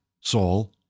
Saul